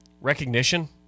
recognition